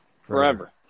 forever